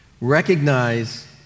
recognize